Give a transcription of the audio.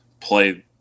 play